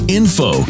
info